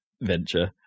venture